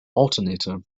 alternator